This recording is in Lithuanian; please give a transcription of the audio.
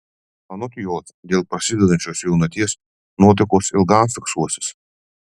anot jos dėl prasidedančios jaunaties nuotaikos ilgam fiksuosis